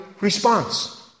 response